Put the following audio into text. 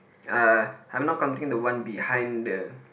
uh I'm not counting the one behind the